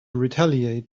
retaliate